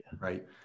Right